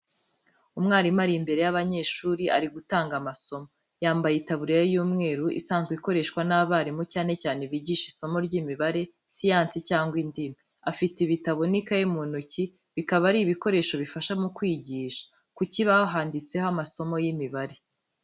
Umwarimu ari imbere y'abanyeshuri, ari gutanga amasomo. Yambaye itaburiya y'umweru isanzwe ikoreshwa n’abarimu cyane cyane bigisha isomo ry'imibare, siyansi cyangwa indimi. Afite ibitabo n'ikayi mu ntoki, bikaba ari ibikoresho bifasha mu kwigisha. Ku kibaho handitseho amasomo y'imibare.